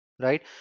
right